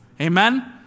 Amen